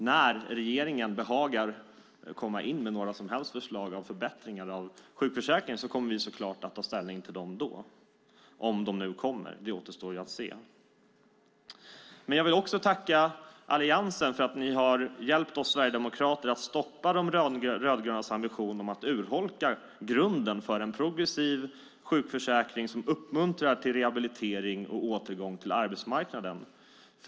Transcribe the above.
När regeringen behagar komma in med förslag till förbättringar av sjukförsäkringen kommer vi naturligtvis att ta ställning till dem då - om de nu kommer; det återstår att se. Jag vill också tacka Alliansen för att de hjälpt oss sverigedemokrater att stoppa de rödgrönas ambition att urholka grunden för en progressiv sjukförsäkring som uppmuntrar till rehabilitering och återgång till arbetsmarknaden.